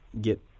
get